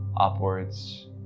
upwards